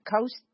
coast